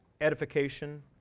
edification